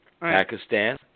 Pakistan